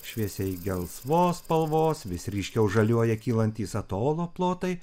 šviesiai gelsvos spalvos vis ryškiau žaliuoja kylantys atolo plotai